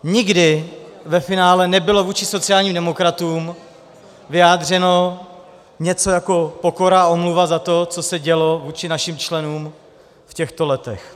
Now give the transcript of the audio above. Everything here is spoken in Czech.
Nikdy ve finále nebylo vůči sociálním demokratům vyjádřeno něco jako pokora a omluva za to, co se dělo vůči našim členům v těchto letech.